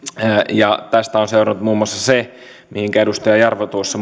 ja tästä on seurannut muun muassa se mihinkä muun muassa edustaja jarva tuossa